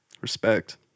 Respect